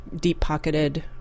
deep-pocketed